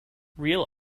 real